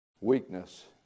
weakness